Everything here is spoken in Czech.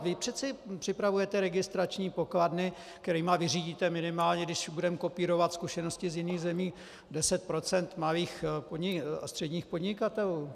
Vy přece připravujete registrační pokladny, kterými vyřídíte minimálně, když budeme kopírovat zkušenosti z jiných zemí, 10 % malých a středních podnikatelů!